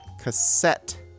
Cassette